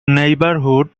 neighborhood